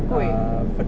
贵